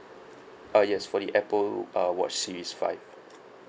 uh yes for the apple uh watch series five